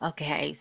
Okay